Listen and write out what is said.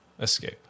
escape